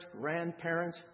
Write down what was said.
grandparent